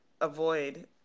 avoid